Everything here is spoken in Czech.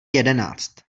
jedenáct